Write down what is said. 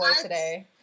today